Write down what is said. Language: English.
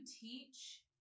teach